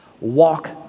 Walk